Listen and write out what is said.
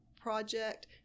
project